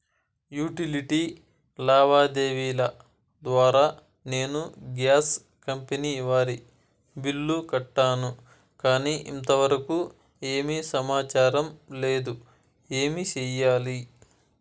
Utility లావాదేవీల ద్వారా నేను గ్యాస్ కంపెని వారి బిల్లు కట్టాను కానీ ఇంతవరకు ఏమి సమాచారం లేదు, ఏమి సెయ్యాలి?